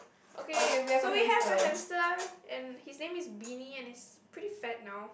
okay so we have a hamster and his name is Beanie and he's pretty fat now